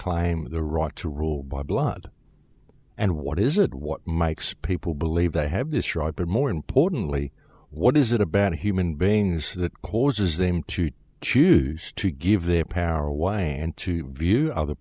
time the right to rule by blood and what is it what mykes people believe they have destroyed but more importantly what is it a bad human beings that causes them to choose to give their power away and to view other